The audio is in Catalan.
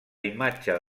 imatge